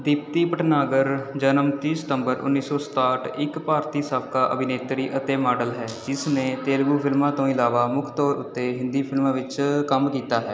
ਦੀਪਤੀ ਭਟਨਾਗਰ ਜਨਮ ਤੀਹ ਸਤੰਬਰ ਉੱਨੀ ਸੌ ਸਤਾਹਠ ਇੱਕ ਭਾਰਤੀ ਸਾਬਕਾ ਅਭਿਨੇਤਰੀ ਅਤੇ ਮਾਡਲ ਹੈ ਜਿਸ ਨੇ ਤੇਲਗੂ ਫਿਲਮਾਂ ਤੋਂ ਇਲਾਵਾ ਮੁੱਖ ਤੌਰ ਉੱਤੇ ਹਿੰਦੀ ਫਿਲਮਾਂ ਵਿੱਚ ਕੰਮ ਕੀਤਾ ਹੈ